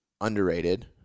underrated